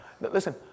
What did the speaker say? listen